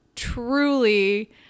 truly